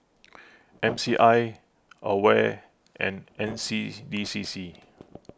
M C I Aware and N C B C C